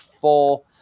four